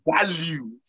value